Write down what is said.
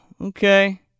okay